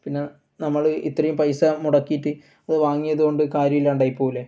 പിന്നെ നമ്മൾ ഇത്രേം പൈസ മുടക്കീട്ട് അത് വാങ്ങിയത് കൊണ്ട് കാര്യമില്ലാണ്ടായി പോവൂലേ